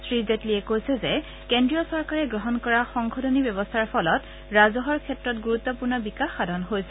শ্ৰীজেটলীয়ে কৈছে যে কেন্দ্ৰীয় চৰকাৰে গ্ৰহণ কৰা সংশোধনী ব্যৱস্থাৰ ফলত ৰাজহৰ ক্ষেত্ৰত গুৰুত্বপূৰ্ণ বিকাশ সাধন হৈছে